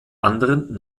anderen